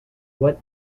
what